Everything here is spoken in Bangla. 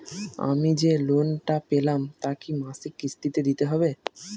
আমি যে লোন টা পেলাম তা কি মাসিক কিস্তি তে দিতে হবে?